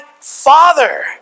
Father